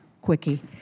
quickie